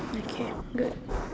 okay good